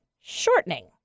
shortening